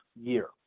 year